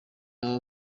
aba